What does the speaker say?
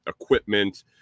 equipment